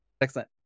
Excellent